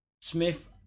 Smith